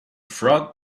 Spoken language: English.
frog